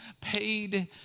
paid